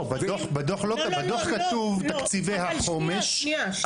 לא, בדו"ח לא כתוב תקציבי החומש.